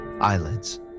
Eyelids